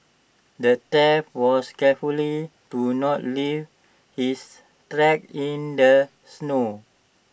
the thief was carefully to not leave his tracks in the snow